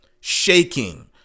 shaking